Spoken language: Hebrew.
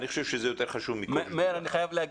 מאיר,